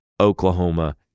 Oklahoma